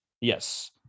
Yes